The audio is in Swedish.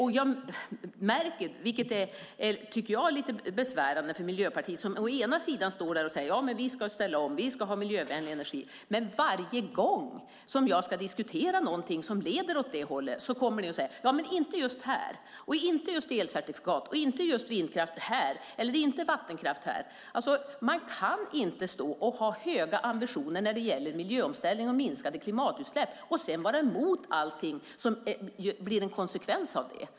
Det här är lite besvärande för Miljöpartiet. Å ena sidan står ni där och säger att vi ska ställa om, att vi ska ha miljövänlig energi, men varje gång jag diskuterar någonting som leder åt det hållet kommer ni och säger: Ja, men inte just här, inte just elcertifikat, inte just vindkraft här eller inte vattenkraft här. Man kan inte ha höga ambitioner när det gäller miljöomställning och minskade klimatutsläpp och sedan vara emot allting som blir en konsekvens av det.